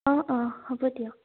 অঁ অঁ হ'ব দিয়ক